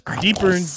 deeper